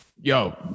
yo